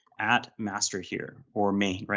at master here or main,